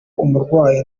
umurwayi